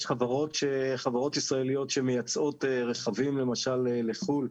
יש חברות ישראליות שמייצאות רכבים, למשל לחו"ל,